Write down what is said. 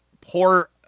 poor